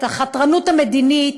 את החתרנות המדינית,